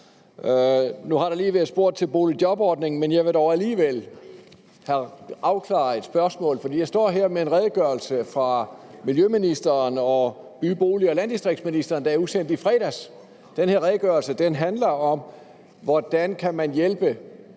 Nu har der lige været spurgt til boligjobordningen, men jeg vil dog alligevel have afklaret et spørgsmål. For jeg står her med en redegørelse fra miljøministeren og by, bolig og landdistriktsministeren, der er udsendt i fredags. Den her redegørelse handler om, hvordan man kan hjælpe